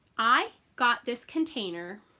i got this container